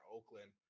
Oakland